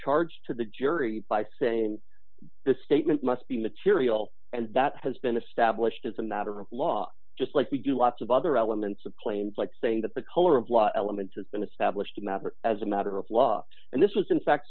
charged to the jury by saying the statement must be material and that has been established as a matter of law just like we do lots of other elements of claims like saying that the color of law element is been established as a matter of law and this was in fact